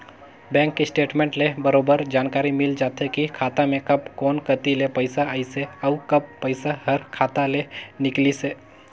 bank statement ले बरोबर जानकारी मिल जाथे की खाता मे कब कोन कति ले पइसा आइसे अउ कब पइसा हर खाता ले निकलिसे